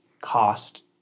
cost